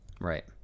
Right